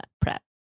prep